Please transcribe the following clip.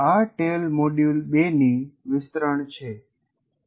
આ ટેલ મોડ્યુલ 2 ની વિસ્તરણ છે